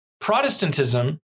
Protestantism